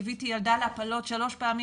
ליוויתי ילדה להפלות שלוש פעמים,